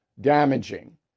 damaging